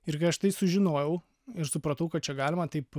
ir kai aš tai sužinojau ir supratau kad čia galima taip